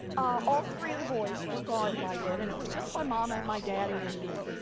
all three of the boys were gone by then. and it was just my mom and my daddy and me.